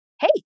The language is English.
hey